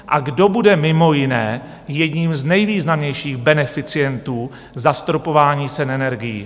A kdo bude mimo jiné jedním z nejvýznamnějších beneficientů zastropování cen energií?